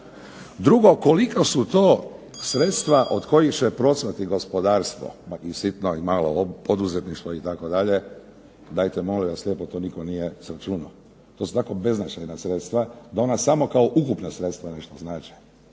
Drugo, koliko su to sredstva od kojih će procvati gospodarstvo i sitno i malo poduzetništvo itd. Dajte molim vas lijepo, to nitko nije izračunao. To su tako beznačajna sredstva da ona samo kao ukupna sredstva nešto znače,